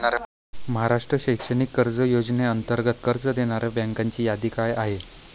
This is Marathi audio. महाराष्ट्र शैक्षणिक कर्ज योजनेअंतर्गत कर्ज देणाऱ्या बँकांची यादी काय आहे?